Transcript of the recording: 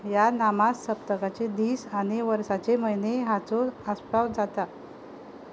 ह्या नामां सप्तकाचे दीस आनी वर्साचे म्हयने हाचो आस्पाव जाता